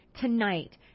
tonight